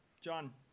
John